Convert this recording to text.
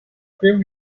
grim